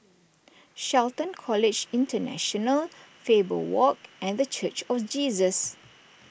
Shelton College International Faber Walk and the Church of Jesus